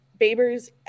Babers